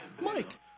mike